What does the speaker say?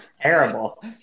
Terrible